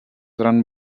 run